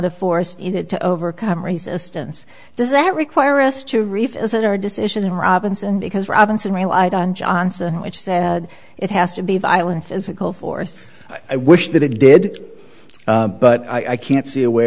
of force needed to overcome resistance does that require us to revisit our decision in robinson because robinson relied on johnson which said it has to be violent physical force i wish that it did but i can't see a way